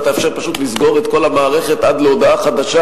אתה תאפשר פשוט לסגור את כל המערכת עד להודעה חדשה,